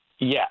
Yes